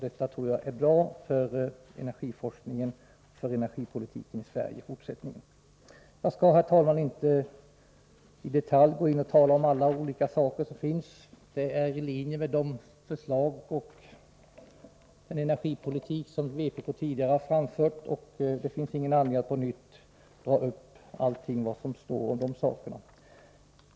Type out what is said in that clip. Jag tror att detta är bra för energiforskningen och energipolitiken i Sverige i fortsättningen. Jag skall, herr talman, inte i detalj tala om allt det som tas upp i betänkandet. Det är i linje med de förslag och de uppfattningar om energipolitiken som vpk tidigare har framfört, och det finns därför ingen anledning att på nytt dra upp vad som står om detta i betänkandet.